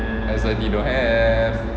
that's what he don't have